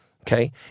okay